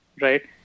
right